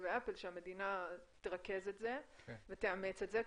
ואפל שהמדינה תרכז את זה ותאמץ את זה,